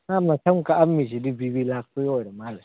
ꯃꯥꯏ ꯃꯁꯝ ꯀꯛꯑꯝꯃꯤꯁꯤꯗꯤ ꯕꯤꯕꯤ ꯂꯥꯛꯄꯩ ꯑꯣꯏꯔ ꯃꯥꯜꯂꯦ